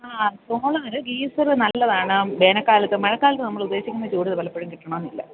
ആ സോളാർ നല്ലതാണ് വേനൽക്കാലത്ത് മഴക്കാലത്ത് നമ്മൾ ഉദ്ദേശിക്കുന്ന ചൂട് പലപ്പോഴും കിട്ടണമെന്നില്ല